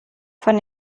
von